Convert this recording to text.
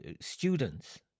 students